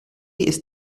ist